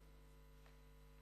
אדוני היושב-ראש,